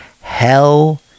hell